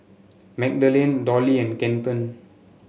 Magdalie Dollie and Kenton